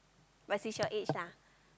but she's your age lah